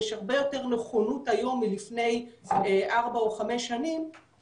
יש הרבה יותר נכונות היום מלפני ארבע או חמש שנים